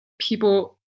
people